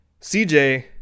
CJ